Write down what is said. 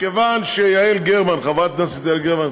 מכיוון שיעל גרמן, חברת הכנסת יעל גרמן,